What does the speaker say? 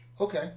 Okay